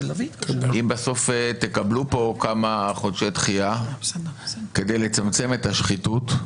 אם בסוף תקבלו פה כמה חודשי דחייה כדי לצמצם את השחיתות,